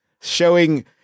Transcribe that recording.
showing